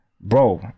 Bro